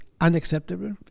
unacceptable